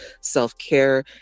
self-care